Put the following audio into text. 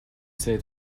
say